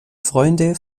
freunde